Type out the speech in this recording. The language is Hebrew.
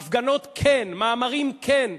הפגנות כן, מאמרים כן.